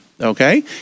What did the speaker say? okay